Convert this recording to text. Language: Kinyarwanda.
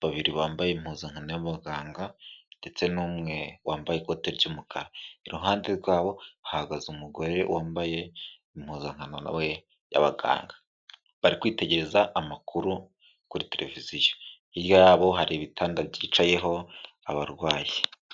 babiri bambaye impuzankano y'abaganga ndetse n'umwe wambaye ikote ry'umukara. Iruhande rwabo hagaze umugore wambaye impuzankano nawe y'abaganga. Bari kwitegereza amakuru kuri televiziyo. Hirya yabo, hari ibitanda byicayeho abarwayi.